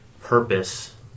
purpose